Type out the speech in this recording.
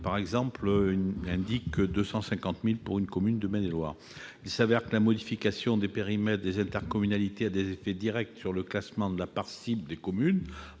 par exemple, plus de 250 000 euros pour une commune de Maine-et-Loire. Il apparaît que la modification des périmètres des intercommunalités a des effets directs sur le classement de la part « cible » des communes.